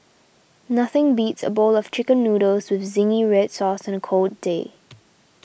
nothing beats a bowl of Chicken Noodles with Zingy Red Sauce on a cold day